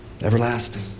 Everlasting